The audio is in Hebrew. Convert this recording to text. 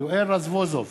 יואל רזבוזוב,